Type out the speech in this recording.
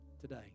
today